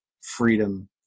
freedom